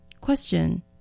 Question